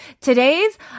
today's